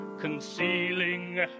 concealing